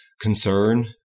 concern